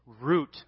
root